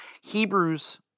Hebrews